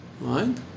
Right